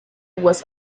was